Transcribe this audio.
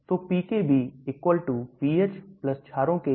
तो pKb pH log अनावेशितआवेशित है छारो के लिए